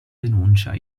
denuncia